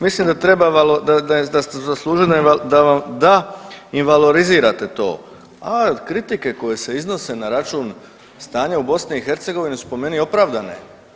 Mislim da treba, da ste zaslužili da im valorizirate to, a kritike koje se iznose na račun stanja u BiH su po meni opravdane.